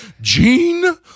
Gene